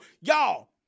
y'all